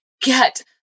get